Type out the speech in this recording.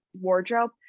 wardrobe